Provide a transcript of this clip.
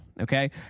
Okay